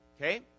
Okay